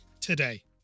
today